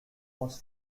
was